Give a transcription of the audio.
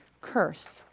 curse